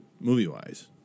Movie-wise